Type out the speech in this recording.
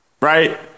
right